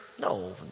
no